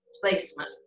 placement